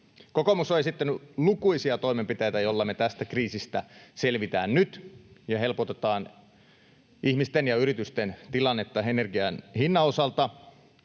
Kokoomus on esittänyt lukuisia toimenpiteitä, joilla me nyt tästä kriisistä selvitään ja helpotetaan ihmisten ja yritysten tilannetta energian hinnan osalta,